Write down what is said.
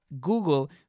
Google